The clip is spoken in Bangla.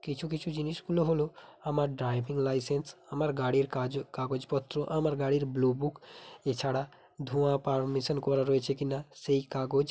কিছু কিছু জিনিসগুলো হলো আমার ড্রাইভিং লাইসেন্স আমার গাড়ির কাজ ও কাগজপত্র আমার গাড়ির ব্লু বুক এছাড়া ধোঁয়া পারমিশন করা রয়েছে কিনা সেই কাগজ